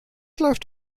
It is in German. läuft